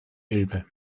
elbe